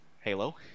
Halo